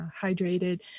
hydrated